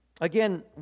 Again